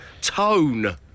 Tone